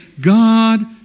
God